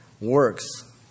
works